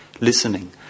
listening